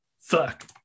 Fuck